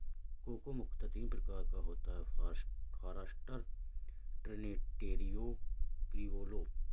cocoa मुख्यतः तीन प्रकार का होता है फारास्टर, ट्रिनिटेरियो, क्रिओलो